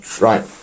right